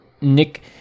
nick